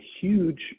huge